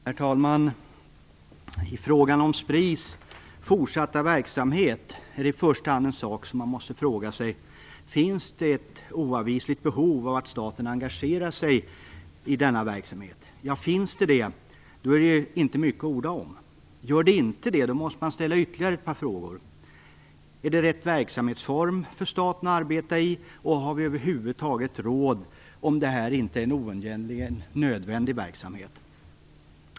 Herr talman! När det gäller Spris fortsatta verksamhet är det i första hand en fråga man måste ställa: Finns det ett oavvisligt behov av att staten engagerar sig i denna verksamhet? Om så är fallet är det inte mycket att orda om. Gör det inte det måste man ställa ytterligare ett par frågor: Är det rätt verksamhetsform för staten att arbeta i? Har vi över huvud taget råd om detta inte är en oundgängligen nödvändig verksamhet?